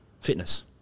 fitness